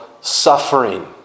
Suffering